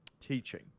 teaching